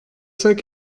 cinq